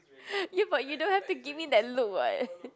you but you don't have to give me that look [what]